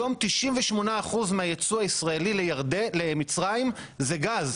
היום 98% מהיצוא הישראלי למצרים זה גז.